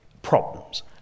Problems